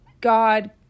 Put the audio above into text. God